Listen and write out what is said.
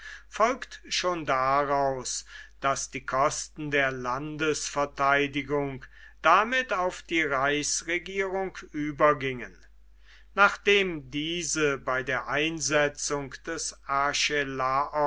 folgt schon daraus daß die kosten der landesverteidigung damit auf die reichsregierung übergingen nachdem diese bei der einsetzung des